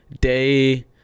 day